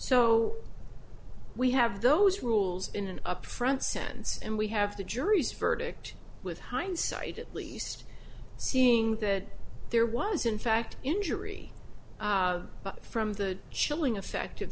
so we have those rules in an upfront sense and we have the jury's verdict with hindsight at least seeing that there was in fact injury from the chilling effect of